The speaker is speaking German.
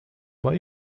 bei